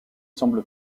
semble